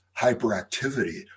hyperactivity